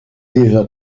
déjà